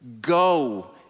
Go